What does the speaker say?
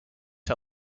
his